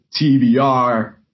TBR